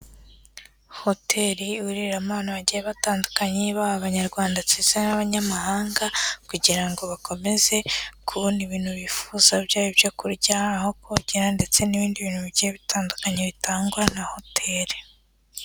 Hoteri ihuriramo abantu bagiye batandukanye, babaha Abanyarwanda ndetse n'abanyamahanga kugira ngo bakomeze kubona ibintu bifuza, byaba ibyo kurya, aho kogera ndetse n'ibindi bintu bigiye bitandukanye bitangwa na hoteri.